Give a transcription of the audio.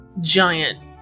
giant